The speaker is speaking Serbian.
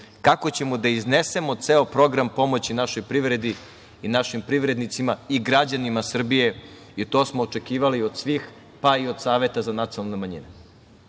kako ćemo da iznesemo ceo program pomoći našoj privredi i našim privrednicima i građanima Srbije i to smo očekivali od svih pa i od Saveta za nacionalne manjine. Dakle,